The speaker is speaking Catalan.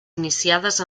iniciades